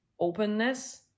openness